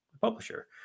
publisher